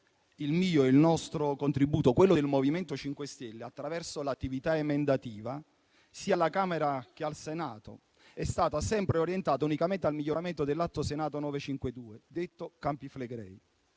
il mio e il nostro contributo, quello del MoVimento 5 Stelle attraverso l'attività emendativa sia alla Camera che al Senato, è stato sempre orientato unicamente al miglioramento dell'Atto Senato 952, detto decreto Campi Flegrei.